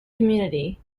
community